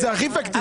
זה הכי פיקטיבי.